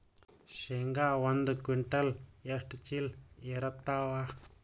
ಶೇಂಗಾ ಒಂದ ಕ್ವಿಂಟಾಲ್ ಎಷ್ಟ ಚೀಲ ಎರತ್ತಾವಾ?